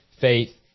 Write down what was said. faith